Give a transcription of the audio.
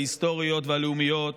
ההיסטוריות והלאומיות,